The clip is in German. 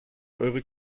eure